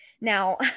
Now